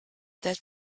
that